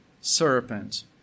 serpent